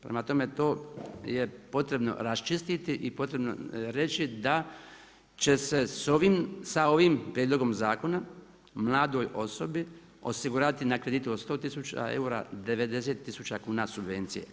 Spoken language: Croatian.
Prema tome to je potrebno raščistiti i potrebno reći da će se sa ovim prijedlogom zakona, mladoj osobi osigurati na kredit od 100 tisuća eura, 90 tisuća kuna subvencije.